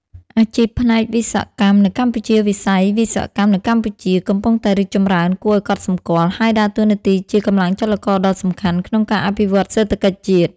អាជីពផ្នែកវិស្វកម្មនៅកម្ពុជាវិស័យ វិស្វកម្មនៅកម្ពុជា កំពុងតែ រីកចម្រើនគួរឱ្យកត់សម្គាល់ ហើយដើរតួនាទីជា កម្លាំងចលករដ៏សំខាន់ ក្នុងការអភិវឌ្ឍន៍សេដ្ឋកិច្ចជាតិ។